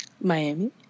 miami